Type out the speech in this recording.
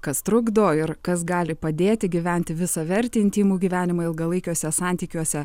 kas trukdo ir kas gali padėti gyventi visavertį intymų gyvenimą ilgalaikiuose santykiuose